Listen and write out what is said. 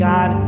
God